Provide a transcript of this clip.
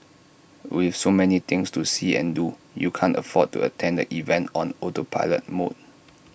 with so many things to see and do you can't afford to attend the event on autopilot mode